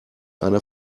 einer